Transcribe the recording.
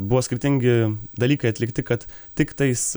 buvo skirtingi dalykai atlikti kad tiktais